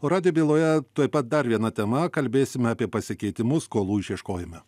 o radijo byloje tuoj pat dar viena tema kalbėsime apie pasikeitimus skolų išieškojime